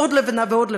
עוד לבנה ועוד לבנה.